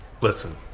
Listen